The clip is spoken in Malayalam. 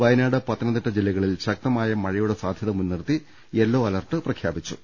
വയനാട് പത്തനംതിട്ട ജില്ലക ളിൽ ശക്തമായ മഴയുടെ സാധ്യത മുൻനിർത്തി യെല്ലോ അലർട്ട് പ്രഖ്യാ പിച്ചു